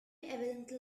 evidently